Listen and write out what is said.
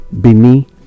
bini